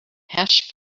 hash